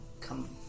come